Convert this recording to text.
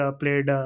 played